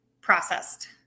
processed